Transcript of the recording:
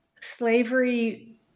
Slavery